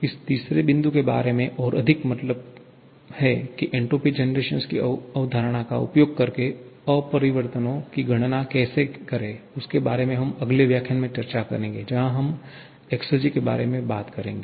इस तीसरे बिंदु के बारे में और अधिक मतलब है कि एन्ट्रोपी जनरेशन की अवधारणा का उपयोग करके अपरिवर्तनों की गणना कैसे करें उसके बारेमे हम अगले व्याख्यान में चर्चा करेंगे जहां हम एक्ससरजी के बारे में बात करते हैं